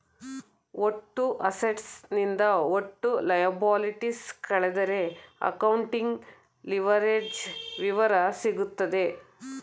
ಒಟ್ಟು ಅಸೆಟ್ಸ್ ನಿಂದ ಒಟ್ಟು ಲಯಬಲಿಟೀಸ್ ಕಳೆದರೆ ಅಕೌಂಟಿಂಗ್ ಲಿವರೇಜ್ಡ್ ವಿವರ ಸಿಗುತ್ತದೆ